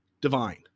divine